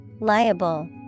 liable